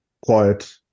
quiet